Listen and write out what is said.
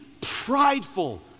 prideful